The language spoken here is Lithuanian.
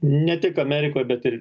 ne tik amerikoj bet ir